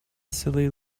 silly